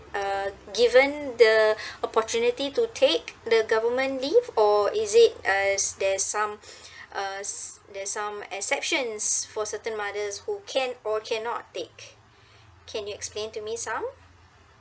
uh given the opportunity to take the government leave or is it uh there's some uh there's some exceptions for certain mother who can or cannot take can you explain to me some